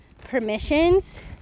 permissions